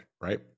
right